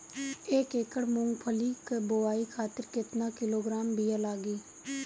एक एकड़ मूंगफली क बोआई खातिर केतना किलोग्राम बीया लागी?